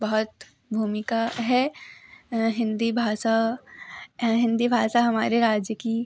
बहुत भूमिका है हिन्दी भाषा हिन्दी भाषा हमारे राज्य की